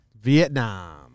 Vietnam